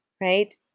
right